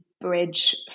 bridge